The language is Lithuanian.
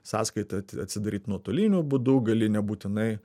sąskaitą atsidaryt nuotoliniu būdu gali nebūtinai